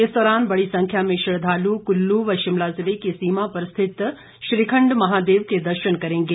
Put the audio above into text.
इस दौरान बड़ी संख्या में श्रद्दालु कुल्लू व शिमला जिले की सीमा पर स्थित श्रीखंड महादेव के दर्शन करेंगे